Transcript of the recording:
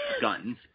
guns